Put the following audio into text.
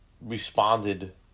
responded